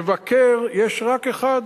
מבקר יש רק אחד,